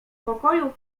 pokoju